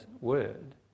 word